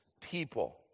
people